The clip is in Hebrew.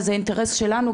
זה אינטרס שלנו,